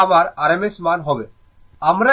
এটা আমার rms মান